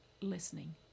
listening